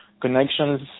connections